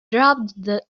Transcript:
dropped